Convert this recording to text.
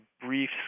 brief